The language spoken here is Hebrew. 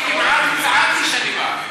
לפני ארבע שבועות,